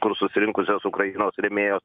kur susirinkusios ukrainos rėmėjos